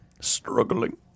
Struggling